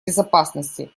безопасности